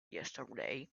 yesterday